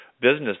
business